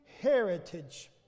heritage